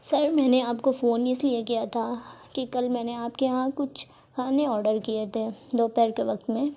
سر میں نے آپ کو فون اس لیے کیا تھا کہ کل میں نے آپ کے یہاں کچھ کھانے آڈر کیے تھے دوپہر کے وقت میں